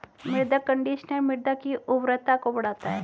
मृदा कंडीशनर मृदा की उर्वरता को बढ़ाता है